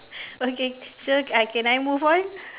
okay so I can I move on